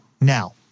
Now